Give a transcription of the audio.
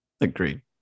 Agreed